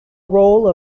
role